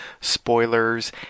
spoilers